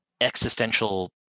existential